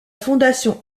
fondation